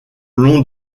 long